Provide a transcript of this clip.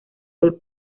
del